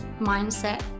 mindset